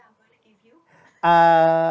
uh